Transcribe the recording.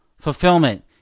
fulfillment